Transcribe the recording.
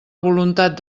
voluntat